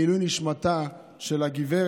לעילוי נשמתה של הגב'